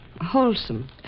wholesome